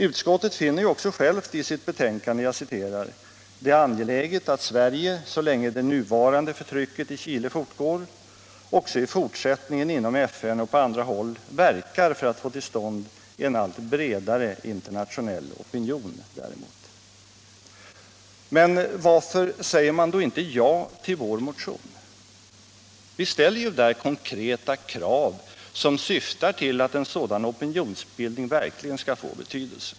Utskottet finner ju också självt i sitt betänkande ”det angeläget att Sverige, så länge det nuvarande förtrycket i Chile fortgår, också i fortsättningen inom FN och på andra håll verkar för att få till stånd en allt bredare internationell opinion däremot”. Men varför säger man då inte ja till vår motion? Vi ställer ju där konkreta krav, som syftar till att en sådan opinionsbildning verkligen skall få betydelse.